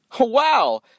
Wow